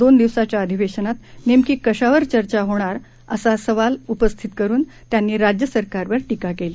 दोन दिवसाच्या अधिवेशनात नेमकी कशावर चर्चा होणार असा सवाल उपस्थित करून त्यांनी राज्य सरकारवर टीका केली